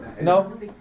No